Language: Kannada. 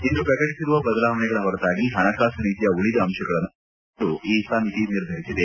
ಇಂದು ಪ್ರಕಟಿಸಿರುವ ಬದಲಾವಣೆಗಳ ಹೊರತಾಗಿ ಪಣಕಾಸು ನೀತಿಯ ಉಳಿದ ಅಂಶಗಳನ್ನು ಯಥಾಸ್ಥಿತಿ ಮುಂದುವರಿಸಲು ಈ ಸಮಿತಿ ನಿರ್ಧರಿಸಿದೆ